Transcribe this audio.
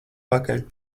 pakaļ